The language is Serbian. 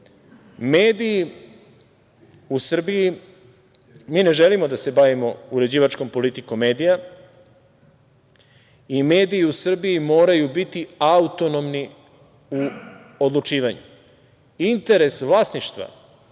Mediji u Srbiji, mi ne želimo da se bavimo uređivačkom politikom medija i mediji u Srbiji moraju biti autonomni u odlučivanju. Interes vlasništva